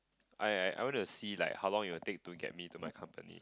I I I wanna see like how long it would take to get me to my company